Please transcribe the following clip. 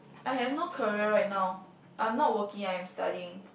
I have no career right now I'm not working I'm studying